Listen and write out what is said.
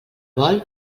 vol